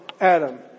Adam